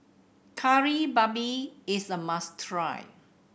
Kari Babi is a must try